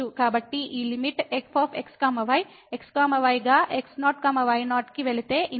కాబట్టి ఈ limit f x y x y గా x0 y0 కి వెళితే ఇన్ఫినిటీ